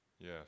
yes